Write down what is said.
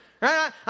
right